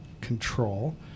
control